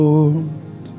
Lord